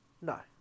No